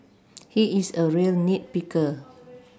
he is a real nit picker